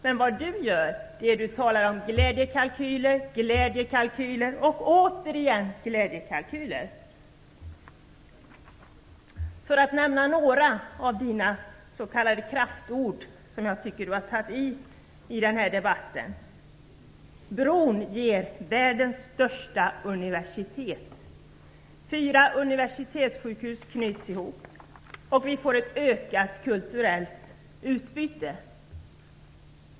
Men vad Bo Nilsson gör är att han talar om glädjekalkyler, glädjekalkyler och åter glädjekalkyler. Jag skall återge några av Bo Nilssons "kraftord", och där tycker jag att han tagit i här i debatten. Bron ger världens största universitet. Fyra universitetssjukhus knyts ihop, och vi får ett ökat kulturellt utbyte. Det är vad som sägs.